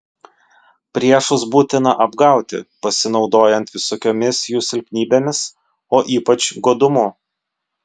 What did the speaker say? priešus būtina apgauti pasinaudojant visokiomis jų silpnybėmis o ypač godumu